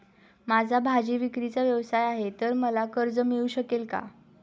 माझा भाजीविक्रीचा व्यवसाय आहे तर मला कर्ज मिळू शकेल का?